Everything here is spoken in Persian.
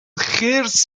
خرس